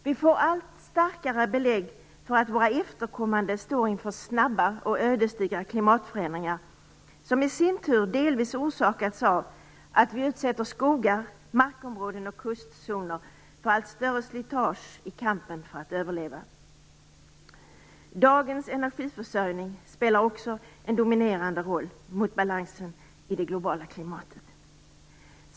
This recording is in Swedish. Vi får allt starkare belägg för att våra efterkommande står inför snabba och ödesdigra klimatförändringar, som i sin tur delvis orsakats av att vi utsätter skogar, markområden och kustzoner för allt större slitage i kampen för att överleva. Dagens energiförsörjning spelar en dominerande roll för balansen i det globala klimatet.